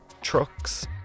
trucks